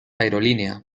aerolínea